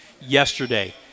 yesterday